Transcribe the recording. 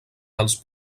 dels